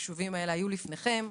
החישובים האלה היו לפניכם.